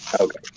Okay